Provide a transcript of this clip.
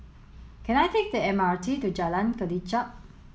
can I take the M R T to Jalan Kelichap